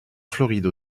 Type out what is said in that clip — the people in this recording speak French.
floride